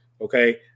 okay